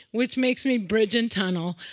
which makes me bridge-and-tunnel.